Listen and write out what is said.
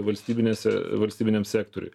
valstybinėse valstybiniam sektoriuj